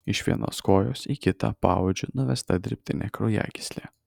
iš vienos kojos į kitą paodžiu nuvesta dirbtinė kraujagyslė